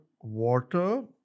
water